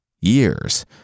years